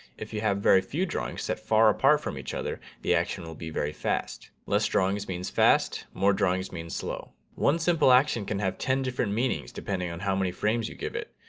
if you have very few drawings set far apart from each other, the action will be very fast. less drawings means fast, more drawings means slow. one simple action can have ten different meanings, depending on how many frames you give it.